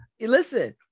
Listen